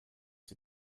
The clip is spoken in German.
sie